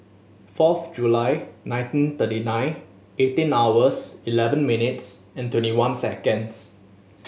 fourth July nineteen thirty nine eighteen hours eleven minutes and twenty one seconds